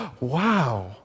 wow